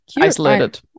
isolated